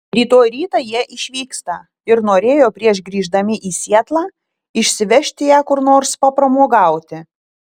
rytoj rytą jie išvyksta ir norėjo prieš grįždami į sietlą išsivežti ją kur nors papramogauti